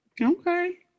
Okay